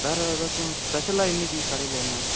வேறு எதாச்சும் ஸ்பெஷலாக இன்னக்கு கடையில் என்ன